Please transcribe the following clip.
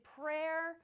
prayer